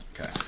Okay